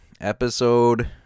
Episode